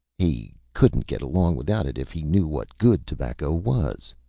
he couldn't get along without it if he knew what good tobacco was,